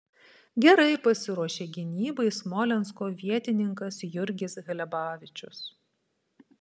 gerai pasiruošė gynybai smolensko vietininkas jurgis hlebavičius